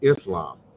Islam